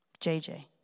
JJ